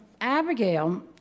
Abigail